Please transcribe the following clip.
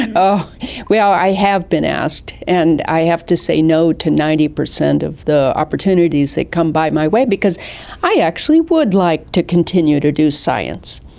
and ah i have been asked and i have to say no to ninety percent of the opportunities that come by my way because i actually would like to continue to do science.